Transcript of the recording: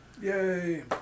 Yay